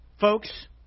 Folks